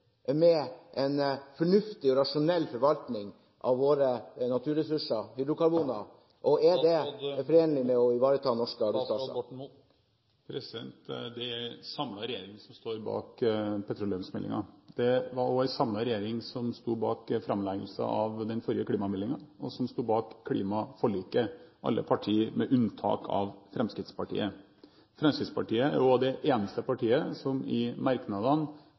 med en fornuftig, rasjonell, forvaltning av våre naturressurser, hydrokarboner? Og er det forenlig med å ivareta norske arbeidsplasser? Det er en samlet regjering som står bak petroleumsmeldingen. Det var også en samlet regjering som sto bak framleggelsen av den forrige klimameldingen, og som sto bak klimaforliket – alle partier, med unntak av Fremskrittspartiet. Fremskrittspartiet er jo også det eneste partiet som i merknadene